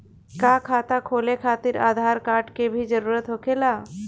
का खाता खोले खातिर आधार कार्ड के भी जरूरत होखेला?